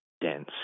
dense